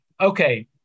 okay